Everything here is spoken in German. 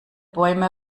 bäume